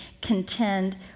contend